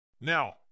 Now